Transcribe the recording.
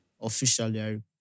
Officially